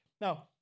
Now